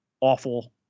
awful